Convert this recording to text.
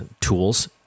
tools